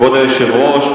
כבוד היושב-ראש,